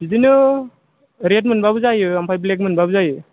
बिदिनो रेड मोनब्लाबो जायो आमफ्राय ब्लेक मोनब्लाबो जायो